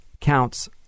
counts